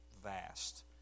vast